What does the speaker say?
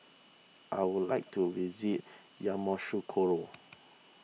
I would like to visit Yamoussoukro